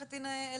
עורכת דין אלדר?